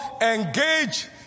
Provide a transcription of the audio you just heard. engage